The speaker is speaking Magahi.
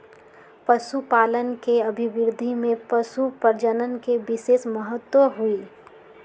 पशुपालन के अभिवृद्धि में पशुप्रजनन के विशेष महत्त्व हई